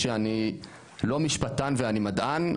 שאני לא משפטן ואני מדען,